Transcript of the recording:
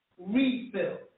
refill